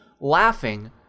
laughing